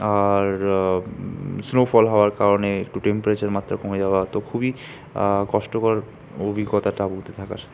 আর snowfall হওয়ার কারণে একটু টেম্পারেচার মাত্রা কমে যাওয়া তো খুবই কষ্টকর অভিজ্ঞতা তাঁবুতে থাকার